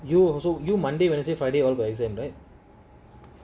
you also you monday wednesday friday all but exam right